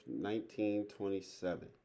1927